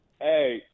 Hey